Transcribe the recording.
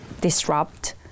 disrupt